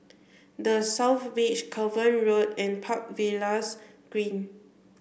the South Beach Cavan Road and Park Villas Green